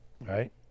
Right